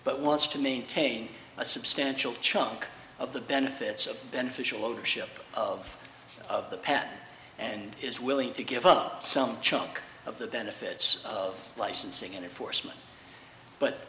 but wants to maintain a substantial chunk of the benefits of beneficial ownership of of the patent and is willing to give up some chunk of the benefits of licensing and or force much but